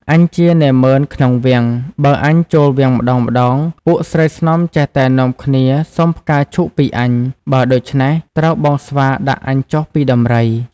អញជានាម៉ឺនក្នុងវាំង បើអញចូលវាំងម្តងៗ ពួកស្រីស្នំចេះតែនាំគ្នាសុំផ្កាឈូកពីអញ។ បើដូច្នេះ ត្រូវបងស្វាដាក់អញចុះពីដំរី"។